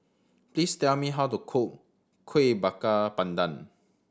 please tell me how to cook Kuih Bakar Pandan